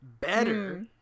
Better